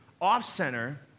off-center